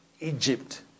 Egypt